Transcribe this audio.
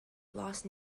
lost